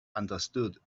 understood